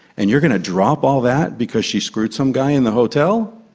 and you're going to drop all that because she screwed some guy in the hotel?